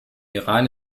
iran